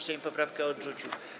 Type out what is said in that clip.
Sejm poprawkę odrzucił.